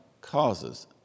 causes